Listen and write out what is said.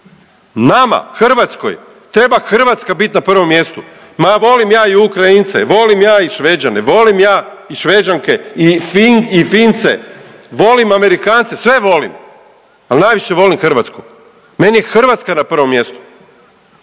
Nama, Hrvatskoj, treba Hrvatska bit na prvom mjestu. Ma volim ja i Ukrajince, volim ja i Šveđane, volim ja i Šveđanke i Fince, volim Amerikance, sve volim. Ali najviše volim Hrvatsku. Meni je Hrvatska na prvom mjestu.